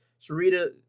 Sarita